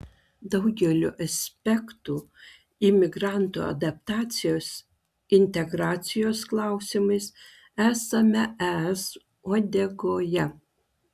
daugeliu aspektų imigrantų adaptacijos integracijos klausimais esame es uodegoje